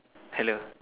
hello